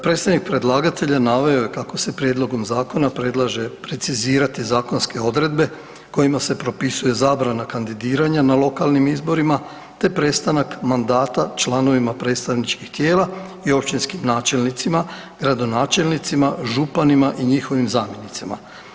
Predstavnik predlagatelja naveo je kako se prijedlogom zakona predlaže precizirati zakonske odredbe kojima se propisuje zabrana kandidiranja na lokalnim izborima, te prestanak mandata članovima predstavničkih tijela i općinskim načelnicima, gradonačelnicima, županima i njihovim zamjenicima.